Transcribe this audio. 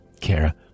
Kara